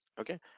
okay